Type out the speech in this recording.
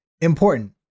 important